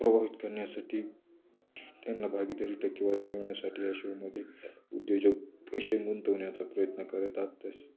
प्रवाहित करण्यासाठी त्यांना भागीदारी टक्केवारी मिळवण्यासाठी असे मोठे उद्योजक पैसे गुंतवण्याचा प्रयत्न करतात